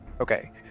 Okay